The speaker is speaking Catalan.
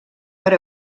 per